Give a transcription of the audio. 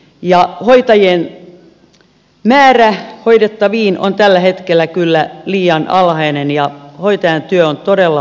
hoitajien määrä hoidettaviin nähden on tällä hetkellä kyllä liian alhainen ja hoitajan työ on todella vaativaa